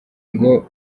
ngo